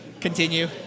Continue